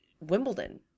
Wimbledon